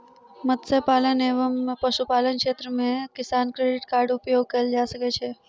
मत्स्य पालन एवं पशुपालन क्षेत्र मे किसान क्रेडिट कार्ड उपयोग कयल जा सकै छै